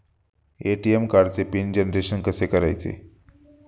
ATM कार्डचे pin generation कसे करायचे?